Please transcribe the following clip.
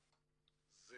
זה